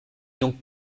donc